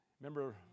Remember